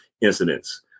incidents